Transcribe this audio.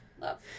Love